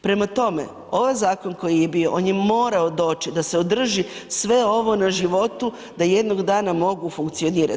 Prema tome, ovaj zakon koji je bio on je morao doći da se održi sve ovo na životu da jednog dana mogu funkcionirat.